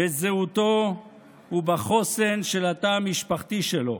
בזהותו ובחוסן של התא המשפחתי שלו.